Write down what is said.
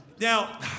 Now